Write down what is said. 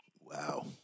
Wow